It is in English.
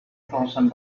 thousand